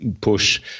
push